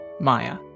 Maya